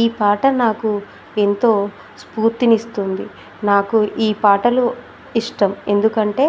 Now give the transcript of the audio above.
ఈ పాట నాకు ఎంతో స్ఫూర్తినిస్తుంది నాకు ఈ పాటలు ఇష్టం ఎందుకంటే